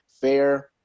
fair